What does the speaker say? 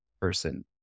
person